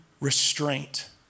restraint